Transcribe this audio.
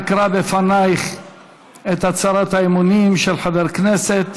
אקרא לפנייך את הצהרת האמונים של חבר הכנסת,